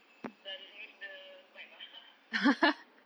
dah lose the vibe ah